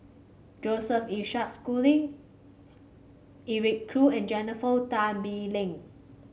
Joseph Isaac Schooling Eric Khoo and Jennifer Tan Bee Leng